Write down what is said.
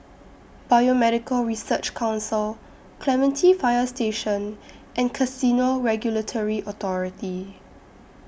Biomedical Research Council Clementi Fire Station and Casino Regulatory Authority